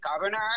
governor